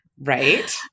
Right